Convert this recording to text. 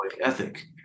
ethic